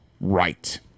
Right